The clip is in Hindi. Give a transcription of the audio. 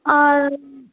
और